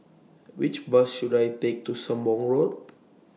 Which Bus should I Take to Sembong Road